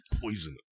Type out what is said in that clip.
poison